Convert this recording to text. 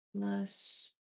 plus